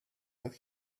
that